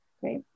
Great